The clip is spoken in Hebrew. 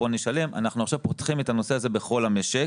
בוא נשלם אנחנו עכשיו פותחים את הנושא הזה בכל המשק